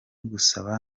gusabana